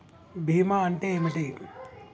బీమా అంటే ఏమిటి?